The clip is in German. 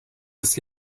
ist